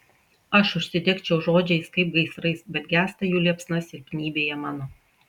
aš užsidegčiau žodžiais kaip gaisrais bet gęsta jų liepsna silpnybėje mano